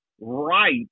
right